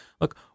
look